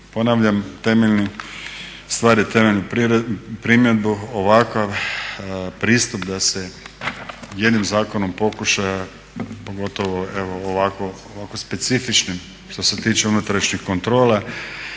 ponavljam, … temeljnu primjedbu ovakav pristup da se jednim zakonom pokuša, pogotovo evo ovako specifičnim što se tiče unutrašnjih kontrola